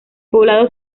poblado